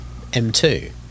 M2